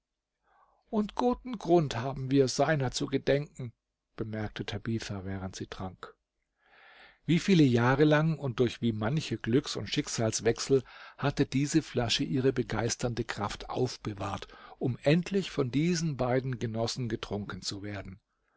und guten grund haben wir seiner zu gedenken bemerkte tabitha während sie trank wie viele jahre lang und durch wie manche glücks und schicksalswechsel hatte diese flasche ihre begeisternde kraft aufbewahrt um endlich von diesen beiden genossen getrunken zu werden